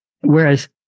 whereas